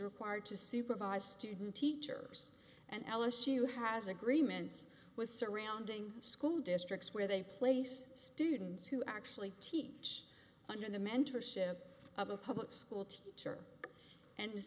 required to supervise student teachers and ellis you has agreements with surrounding school districts where they place students who actually teach under the mentorship of a public school teacher and